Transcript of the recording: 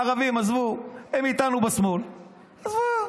הערבים, עזבו,